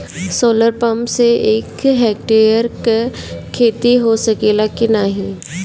Solar pump से एक hectare क खेती हो सकेला की नाहीं?